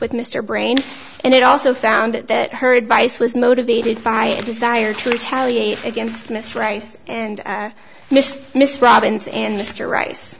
with mr brain and it also found that her advice was motivated by a desire to retaliate against miss rice and miss miss robbins and mr ri